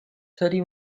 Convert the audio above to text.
thirty